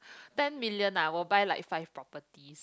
ten million I will buy like five properties